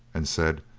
and said,